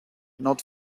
not